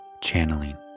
channeling